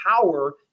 power